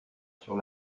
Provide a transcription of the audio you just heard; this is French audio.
sur